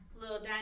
little